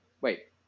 wait